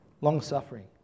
Long-suffering